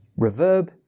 reverb